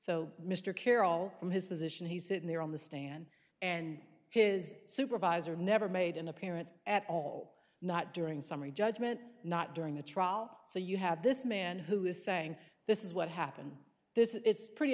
so mr carroll from his position he's sitting there on the stand and his supervisor never made an appearance at all not during summary judgment not during the trial so you have this man who is saying this is what happened this is pretty